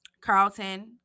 Carlton